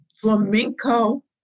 flamenco